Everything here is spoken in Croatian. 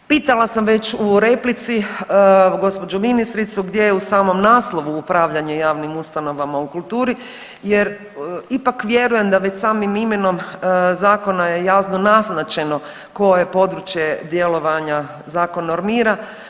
Pitala sam već u replici gospođu ministricu gdje je u samom naslovu upravljanje javnim ustanovama u kulturi, jer ipak vjerujem da već samim imenom zakona je jasno naznačeno koje područje djelovanja zakon normira.